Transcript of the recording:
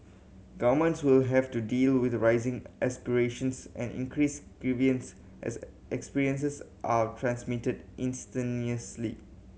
governments will have to deal with rising aspirations and increased grievance as experiences are transmitted instantaneously